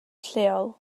lleol